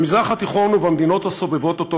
במזרח התיכון ובמדינות הסובבות אותו